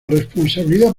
responsabilidad